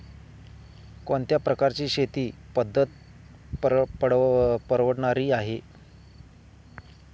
कोणत्या प्रकारची शेती पद्धत परवडणारी आहे?